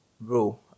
Bro